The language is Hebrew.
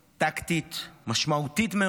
טקטית משמעותית מאוד,